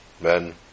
Men